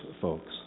folks